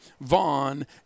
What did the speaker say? Vaughn